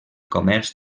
comerç